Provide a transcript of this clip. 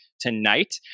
tonight